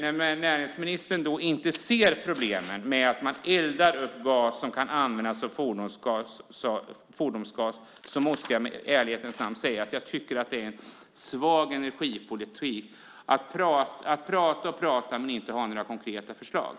När näringsministern inte ser problemet med att man eldar upp gas som kan användas som fordonsgas måste jag i ärlighetens namn säga att jag tycker att det är en svag energipolitik. Man pratar och pratar men har inte några konkreta förslag.